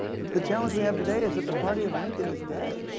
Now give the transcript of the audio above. the challenge we have today is that the party of lincoln is dead.